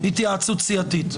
ההסתייגות הוסרה.